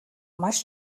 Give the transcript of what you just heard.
маш